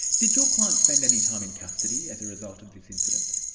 did your client spend any time in custody as a result of this incident?